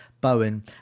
Bowen